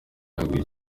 yaguye